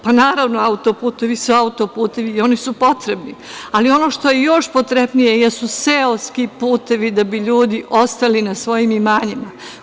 Pa, naravno, autoputevi su autoputevi i oni su potrebni, ali ono što je još potrebnije jesu seoski putevi da bi ljudi ostali na svojim imanjima.